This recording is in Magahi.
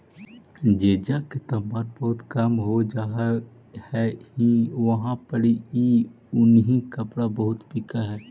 जेजा के तापमान बहुत कम हो जा हई उहाँ पड़ी ई उन्हीं कपड़ा बहुत बिक हई